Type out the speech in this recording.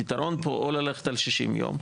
הפתרון הוא או ללכת על 60 יום,